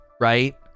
Right